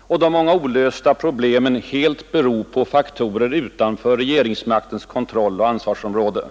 och de många olösta problemen helt bero på faktorer utanför regeringsmaktens kontroll och ansvarsområde.